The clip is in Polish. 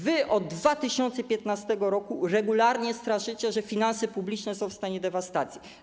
Wy od 2015 r. regularnie straszycie, że finanse publiczne są w stanie dewastacji.